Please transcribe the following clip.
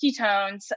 ketones